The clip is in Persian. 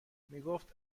میگفت